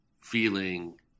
feeling